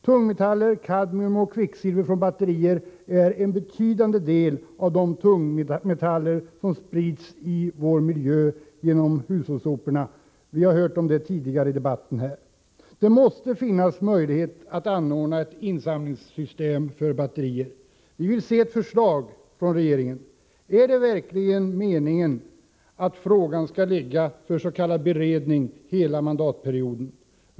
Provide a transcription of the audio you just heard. Tungmetallerna kadmium och kvicksilver från batterier är en betydande del av de tungmetaller som sprids i vår miljö genom hushållssoporna. Vi har hört om det tidigare i debatten. Det måste finnas möjlighet att anordna ett system för insamling av batterier. Vi vill se ett förslag från regeringen! Är det verkligen meningen att frågan skall ligga för s.k. beredning hela mandatperioden?